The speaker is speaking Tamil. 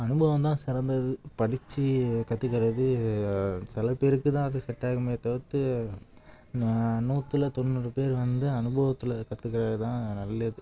அனுபவம் தான் சிறந்தது படிச்சு கற்றுக்கறது சில பேருக்கு தான் அது செட்டாகுமே தவிர்த்து ந நூற்றுல தொண்ணூறு பேர் வந்து அனுபவத்தில் கற்றுக்கறது தான் நல்லது